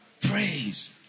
Praise